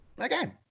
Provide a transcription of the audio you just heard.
Okay